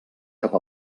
cap